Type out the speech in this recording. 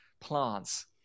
plants